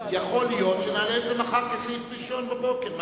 יכול להיות שנעלה את זה מחר כסעיף ראשון בבוקר.